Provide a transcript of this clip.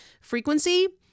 frequency